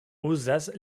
uzas